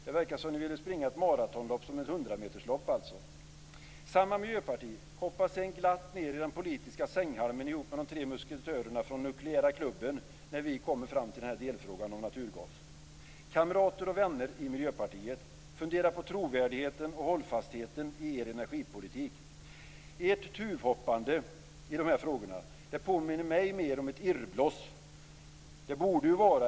Det verkar som om ni vill springa ett maratonlopp som ett hundrameterslopp. Samma miljöparti hoppar sedan glatt ned i den politiska sänghalmen ihop med de tre musketörerna från nukleära klubben när vi kommer fram till delfrågan om naturgas. Kamrater och vänner i Miljöpartiet, fundera på trovärdigheten och hållfastheten i er energipolitik! Ert tuvhoppande i dessa frågor påminner mig om ett irrbloss.